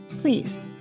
Please